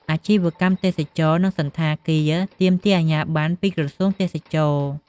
អាជីវកម្មទេសចរណ៍ និងសណ្ឋាគារ ទាមទារអាជ្ញាប័ណ្ណពីក្រសួងទេសចរណ៍។